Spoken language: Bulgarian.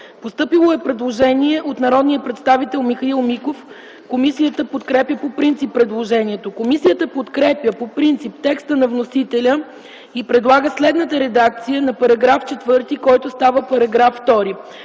Постъпило е предложение от народния представител Михаил Миков. Комисията подкрепя по принцип предложението. Комисията подкрепя по принцип текста на вносителя и предлага следната редакция на § 4, който става § 2: „§ 2.